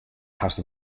hast